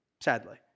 sadly